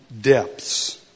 depths